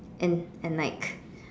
and and like